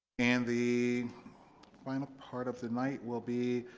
and the final part of the night will be,